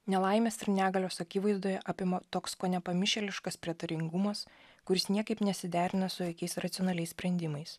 nelaimės ir negalios akivaizdoje apima toks kone pamišėliškas prietaringumas kuris niekaip nesiderina su jokiais racionaliais sprendimais